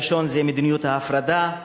הראשון זה מדיניות ההפרדה,